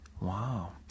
Wow